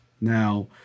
Now